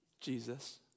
Jesus